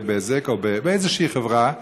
בבזק או באיזושהי חברה,